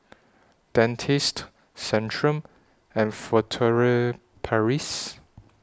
Dentiste Centrum and Furtere Paris